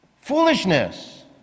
foolishness